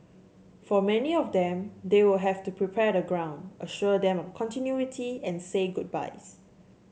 for many of them they will have to prepare the ground assure them of continuity and say goodbyes